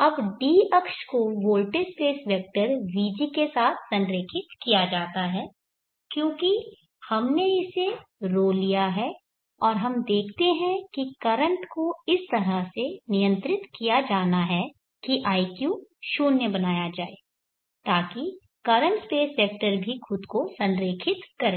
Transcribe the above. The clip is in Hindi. अब d अक्ष को वोल्टेज स्पेस वेक्टर vg के साथ संरेखित किया जाता है क्योंकि हमने इसे ρ लिया है और हम देखते हैं कि करंट को इस तरह से नियंत्रित किया जाना है कि iq 0 बनाया जाए ताकि करंट स्पेस वेक्टर भी खुद को संरेखित करें